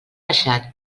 baixat